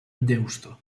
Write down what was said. deusto